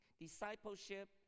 discipleship